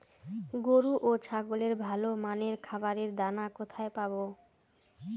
গরু ও ছাগলের ভালো মানের খাবারের দানা কোথায় পাবো?